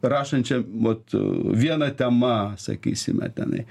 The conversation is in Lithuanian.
rašančiam vat viena tema sakysime tenai